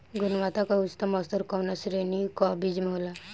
गुणवत्ता क उच्चतम स्तर कउना श्रेणी क बीज मे होला?